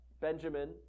Benjamin